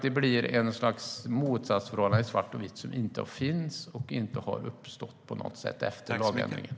Det talas om ett slags motsatsförhållande, svart och vitt, som inte på något sätt har uppstått efter lagändringen.